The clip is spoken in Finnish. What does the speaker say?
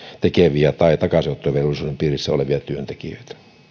tekeviä tai takaisinottovelvollisuuden piirissä olevia työntekijöitä